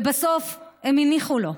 ובסוף הם הניחו לו.